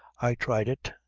i tried it,